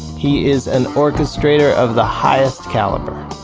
he is an orchestrator of the highest caliber.